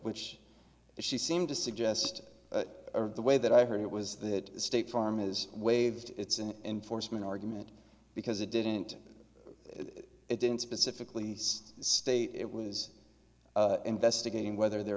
which she seemed to suggest or the way that i heard it was that state farm is waived it's an enforcement argument because it didn't it didn't specifically state it was investigating whether there